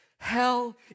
Hell